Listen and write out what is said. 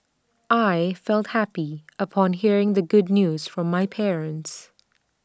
I felt happy upon hearing the good news from my parents